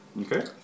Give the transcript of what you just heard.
Okay